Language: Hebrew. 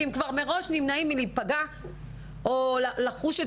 טיפול כי הם נמנעים מלהיפגע מראש או לחוש את